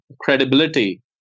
credibility